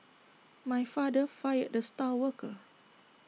my father fired the star worker